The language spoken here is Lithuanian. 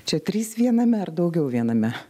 čia trys viename ar daugiau viename